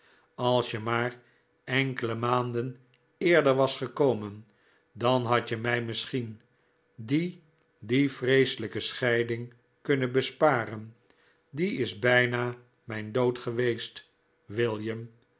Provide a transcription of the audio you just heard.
als je maar enkele maanden eerder was gekomen dan had je mij misschien die die vreeselijke scheiding kunnen besparen die is bijna mijn dood geweest